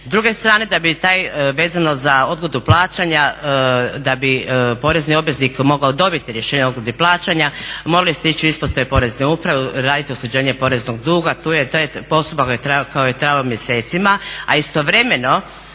druge strane da bi taj vezano za odgodu plaćanja, da bi porezni obveznik mogao dobiti rješenje o odgodi plaćanja morali ste ići u ispostave porezne uprave raditi oslobođenje poreznog duga. Tu je taj postupak koji je trajao mjesecima, a istovremeno